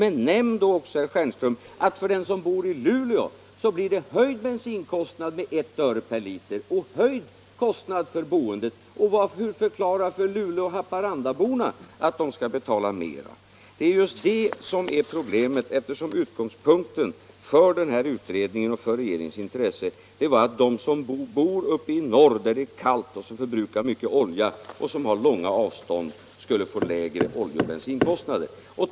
Men nämn i så fall också, herr Stjernström, att den som bor i Luleå då får en med 1 öre per liter höjd bensinkostnad och en höjd kostnad för boendet. Hur förklara för luleåoch haparandaborna att de skall betala mer? Det är det som är problemet. Utgångspunkten för utredningen och för regeringens intresse var ju att de som bor i norr där det är kallt, de som förbrukar mycket olja och har långa avstånd skulle få lägre oljeoch bensinkostnader.